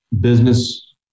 business